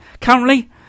Currently